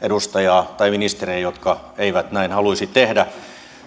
edustajaa tai ministeriä jotka eivät näin haluaisi tehdä